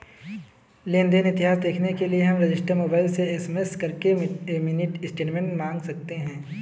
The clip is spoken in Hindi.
लेन देन इतिहास देखने के लिए हम रजिस्टर मोबाइल से एस.एम.एस करके मिनी स्टेटमेंट मंगा सकते है